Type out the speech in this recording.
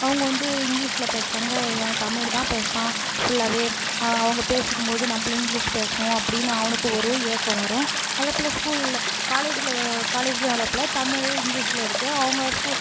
அவங்க வந்து இங்கிலீஷில் பேசுறாங்க இவன் தமிழ் தான் பேசுகிறான் ஃ புல்லாகவே அவங்க பேசிக்கும்போது நம்மளும் இங்கிலீஷ் பேசணும் அப்படின்னு அவனுக்கும் ஒரு ஏக்கம் வரும் அதை போல் ஸ்கூலில் காலேஜில் காலேஜில் அதே போல் தமிழ் இங்கிலீஷில் இருக்கு அவங்க ஸ்கூல்